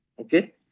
Okay